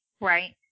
right